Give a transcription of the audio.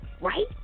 right